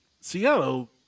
Seattle